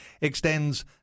extends